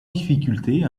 difficulté